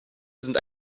sind